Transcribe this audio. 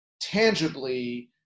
tangibly